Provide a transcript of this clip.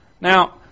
Now